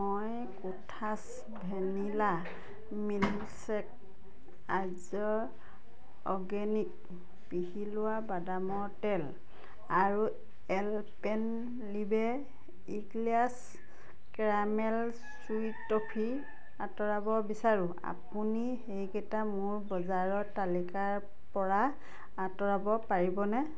মই কোঠাছ vanilla milkshake আৰ্য্য অৰ্গেনিক পিহি লোৱা বাদামৰ তেল আৰু Alpenliebe eclairs caramel chewy toffee আঁতৰাব বিচাৰোঁ আপুনি সেইকেইটা মোৰ বজাৰৰ তালিকাৰপৰা আঁতৰাব পাৰিবনে